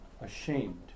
ashamed